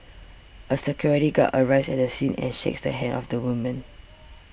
a security guard arrives at the scene and shakes the hand of the woman